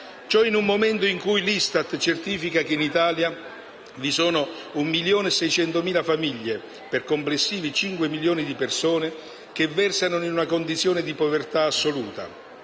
Ciò in un momento in cui l'ISTAT certifica che in Italia vi sono 1,6 milioni di famiglie, per complessivi 5 milioni di persone, che versano in una condizione di povertà assoluta,